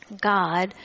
God